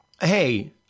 Hey